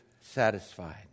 satisfied